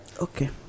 okay